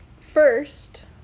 first